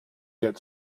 get